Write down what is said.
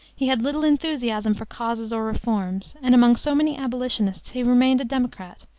he had little enthusiasm for causes or reforms, and among so many abolitionists he remained a democrat,